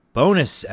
bonus